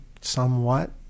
somewhat